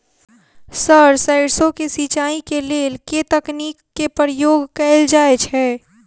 Sir सैरसो केँ सिचाई केँ लेल केँ तकनीक केँ प्रयोग कैल जाएँ छैय?